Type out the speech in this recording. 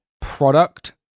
product